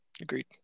Agreed